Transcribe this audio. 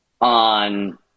on